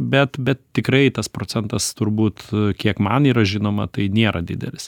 bet bet tikrai tas procentas turbūt kiek man yra žinoma tai nėra didelis